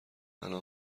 الان